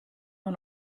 man